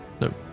no